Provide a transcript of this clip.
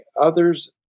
others